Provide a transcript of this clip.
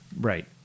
right